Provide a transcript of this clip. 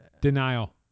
Denial